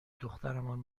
دخترمان